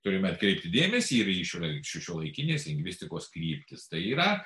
turime atkreipti dėmesį ir į šiuolaikinės lingvistikos kryptis tai yra